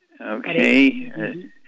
Okay